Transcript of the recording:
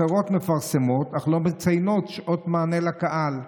אחרות מפרסמות אך לא מציינות שעות מענה לקהל.